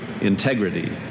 integrity